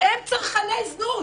הם צרכני זנות,